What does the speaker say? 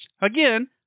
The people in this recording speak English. Again